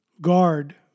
guard